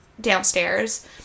downstairs